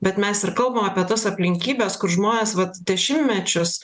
bet mes ir kalbam apie tas aplinkybes kur žmonės vat dešimtmečius